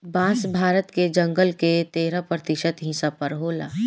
बांस भारत के जंगल के तेरह प्रतिशत हिस्सा पर होला